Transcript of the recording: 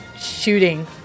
shooting